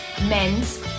men's